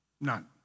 none